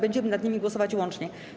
Będziemy nad nimi głosować łącznie.